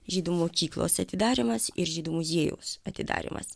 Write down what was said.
žydų mokyklos atidarymas ir žydų muziejaus atidarymas